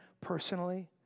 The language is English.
personally